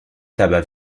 tabac